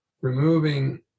removing